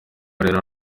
rero